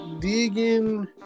digging